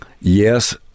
yes